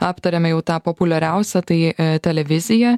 aptarėme jau tą populiariausią tai televiziją